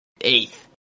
Eighth